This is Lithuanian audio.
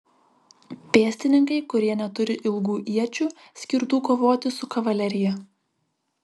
pėstininkai kurie neturi ilgų iečių skirtų kovoti su kavalerija